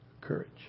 courage